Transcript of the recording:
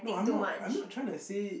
no I'm not I'm not trying to say